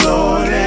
Lord